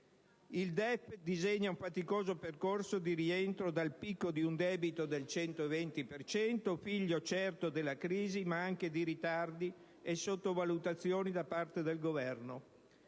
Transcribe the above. Il DEF disegna un faticoso percorso di rientro dal picco di un debito del 120 per cento, figlio certo della crisi, ma anche di ritardi e sottovalutazioni da parte del Governo.